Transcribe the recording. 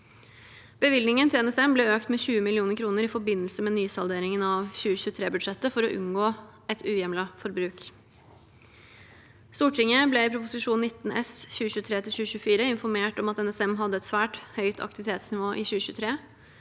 Bevilgningen til NSM ble økt med 20 mill. kr i forbindelse med nysalde ringen av 2023-budsjettet for å unngå et uhjemlet forbruk. Stortinget ble i Prop. 19 S for 2023–2024 informert om at NSM hadde et svært høyt aktivitetsnivå i 2023,